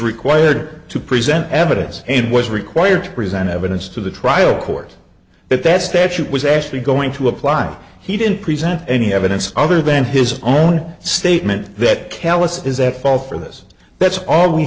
required to present evidence and was required to present evidence to the trial court that that statute was actually going to apply he didn't present any evidence other than his own statement that callus is at fault for this that's all we